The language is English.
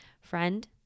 Friend